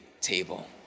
table